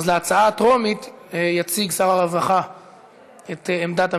אז להצעה הטרומית יציג שר הרווחה את עמדת הממשלה,